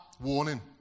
warning